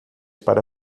para